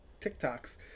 TikToks